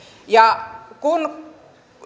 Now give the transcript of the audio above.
kun